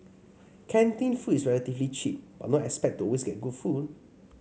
canteen food is relatively cheap but don't expect to always get good food